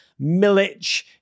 Milic